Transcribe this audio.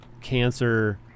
cancer